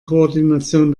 koordination